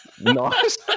Nice